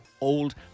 old